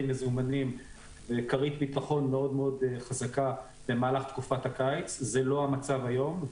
מזומנים וכרית ביטחון מאוד מאוד חזקה במהלך תקופת הקיץ וזה לא המצב היום.